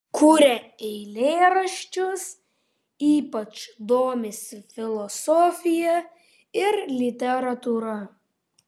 kuria eilėraščius ypač domisi filosofija ir literatūra